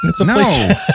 No